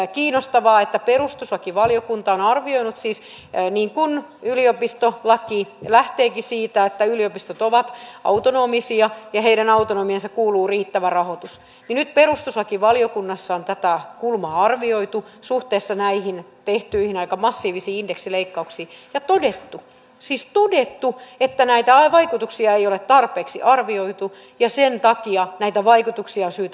on hyvin kiinnostavaa että kun perustuslakivaliokunta on arvioinut siis niin kuin yliopistolaki lähteekin siitä että yliopistot ovat autonomisia ja heidän autonomiaansa kuuluu riittävä rahoitus niin nyt perustuslakivaliokunnassa on tätä kulmaa arvioitu suhteessa näihin tehtyihin aika massiivisiin indeksileikkauksiin ja todettu että näitä vaikutuksia ei ole tarpeeksi arvioitu ja sen takia näitä vaikutuksia on syytä arvioida